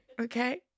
Okay